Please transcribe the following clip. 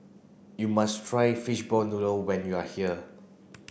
you must try fishball noodle when you are here